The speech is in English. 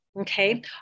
okay